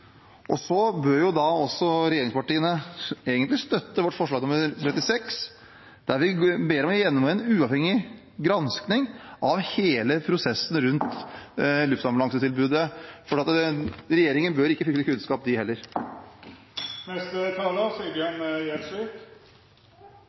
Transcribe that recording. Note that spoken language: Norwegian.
bør også regjeringspartiene egentlig støtte vårt forslag nr. 36, der vi ber om å få gjennomført en uavhengig gransking av hele prosessen rundt luftambulansetilbudet. Regjeringen bør ikke frykte kunnskap, de heller.